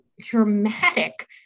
dramatic